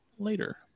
later